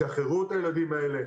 שחררו את הילדים האלה,